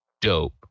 Dope